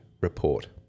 report